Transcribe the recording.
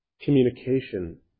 communication